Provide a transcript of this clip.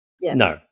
No